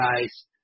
guys